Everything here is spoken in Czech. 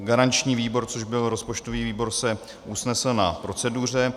Garanční výbor, což byl rozpočtový výbor, se usnesl na proceduře.